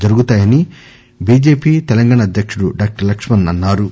జరుగుతాయని బిజెపి తెలంగాణ అధ్యకుడు డాక్టర్ లక్ష్మణ్ అన్నా రు